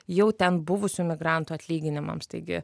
jau ten buvusių emigrantų atlyginimams taigi